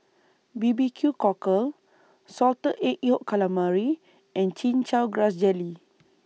B B Q Cockle Salted Egg Yolk Calamari and Chin Chow Grass Jelly